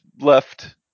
left